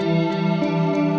the